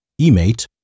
E-Mate